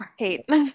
right